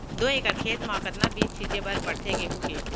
दो एकड़ खेत म कतना बीज छिंचे बर पड़थे गेहूँ के?